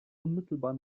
unmittelbar